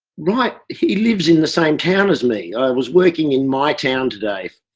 write. if he lives in the same town as me, i was working in my town today,